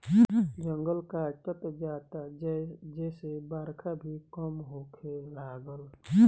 जंगल कटात जाता जेसे बरखा भी कम होखे लागल